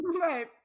right